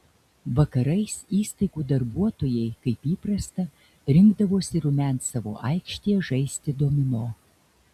vakarais įstaigų darbuotojai kaip įprasta rinkdavosi rumiancevo aikštėje žaisti domino